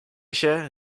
się